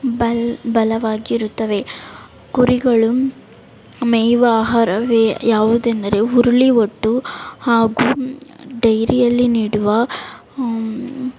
ಬಲ ಬಲವಾಗಿರುತ್ತವೆ ಕುರಿಗಳು ಮೇಯುವ ಆಹಾರವೇ ಯಾವುದೆಂದರೆ ಹುರುಳಿ ಒಟ್ಟು ಹಾಗೂ ಡೈರಿಯಲ್ಲಿ ನೀಡುವ